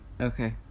Okay